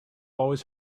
always